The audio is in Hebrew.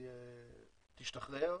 תשתחרר.